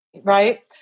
Right